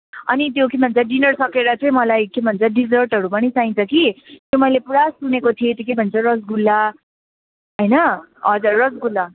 अनि त्यो के भन्छ डिनर सकेर चाहिँ मलाई के भन्छ डिजर्टहरू पनि चाहिन्छ कि त्यो मैले पुरा सुनेको थिएँ त्यो के भन्छ रसगुल्ला होइन हजुर रसगुल्ला